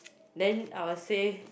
then I will say